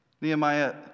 Nehemiah